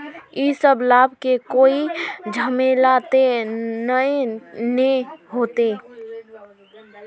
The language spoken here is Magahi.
इ सब लाभ में कोई झमेला ते नय ने होते?